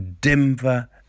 Denver